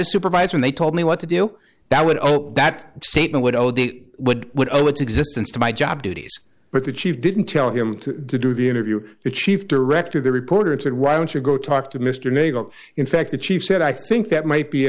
a supervisor and they told me what to do that would that statement would oh the would would owe its existence to my job duties but the chief didn't tell him to do the interview the chief director the reporter and said why don't you go talk to mr nagle in fact the chief said i think that might be